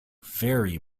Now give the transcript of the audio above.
very